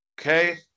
Okay